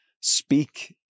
speak